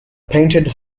painted